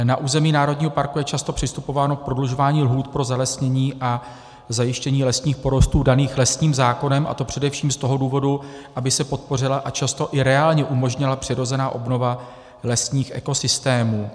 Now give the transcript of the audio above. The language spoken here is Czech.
Na území národního parku je často přistupováno k prodlužování lhůt pro zalesnění a zajištění lesních porostů daných lesním zákonem, a to především z toho důvodu, aby se podpořila a často i reálně umožnila přirozená obnova lesních ekosystémů.